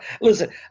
Listen